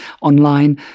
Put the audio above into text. online